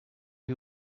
you